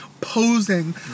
posing